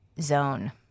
zone